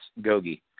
Gogi